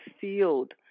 field